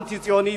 אנטי-ציונית,